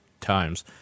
times